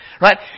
right